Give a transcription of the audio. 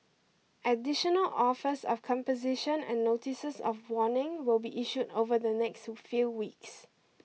additional offers of composition and notices of warning will be issued over the next few weeks